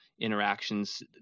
interactions